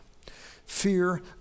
Fear